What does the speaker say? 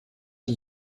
die